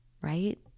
right